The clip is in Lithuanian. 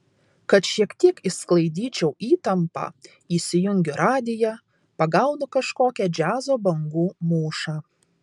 kad šiek tiek išsklaidyčiau įtampą įsijungiu radiją pagaunu kažkokią džiazo bangų mūšą